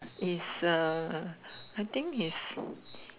it's uh I think he's